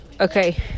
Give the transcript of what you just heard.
Okay